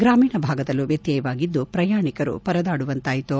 ಗ್ರಾಮೀಣ ಭಾಗದಲ್ಲೂ ವ್ಯತ್ಯಯವಾಗಿದ್ದು ಪ್ರಯಾಣಿಕರು ಪರದಾಡುವಂತಾಯಿತು